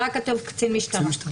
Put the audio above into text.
רק כתוב קצין משטרה.